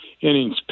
innings